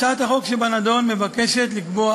הצעת החוק שבנדון מבקשת לקבוע